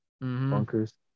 bunkers